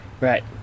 right